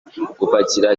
gupakira